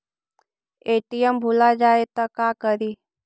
ATM भुला जाये त का करि?